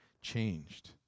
changed